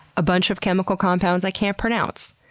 a bunch of chemical compounds i can't pronounce,